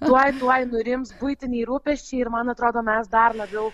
tuoj tuoj nurims buitiniai rūpesčiai ir man atrodo mes dar labiau